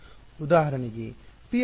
ಉದಾಹರಣೆಗೆ p ನ ಮೌಲ್ಯ ಏನು